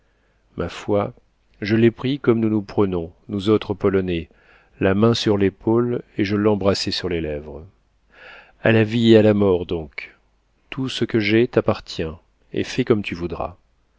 ma foi je l'ai pris comme nous nous prenons nous autres polonais la main sur l'épaule et je l'embrassai sur les lèvres a la vie et à la mort donc tout ce que j'ai t'appartient et fais comme tu voudras